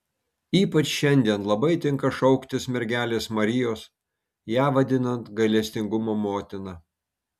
ypač šiandien labai tinka šauktis mergelės marijos ją vadinant gailestingumo motina